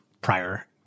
prior